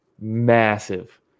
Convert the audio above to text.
Massive